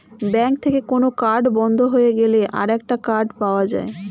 bank থেকে কোন card বন্ধ হয়ে গেলে আরেকটা কার্ড পাওয়া যায়